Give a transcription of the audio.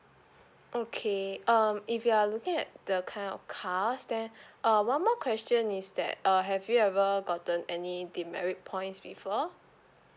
okay um if you are looking at the kind of cars there uh one more question is that uh have you ever gotten any demerit points before